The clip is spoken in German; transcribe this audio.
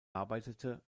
arbeitete